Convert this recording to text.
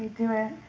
do it.